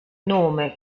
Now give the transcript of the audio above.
nome